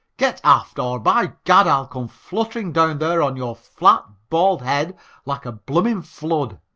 get aft, or, by gad, i'll come fluttering down there on your flat, bald head like a blooming flood.